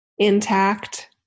intact